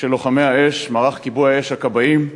של לוחמי האש, מערך כיבוי האש, הכבאים,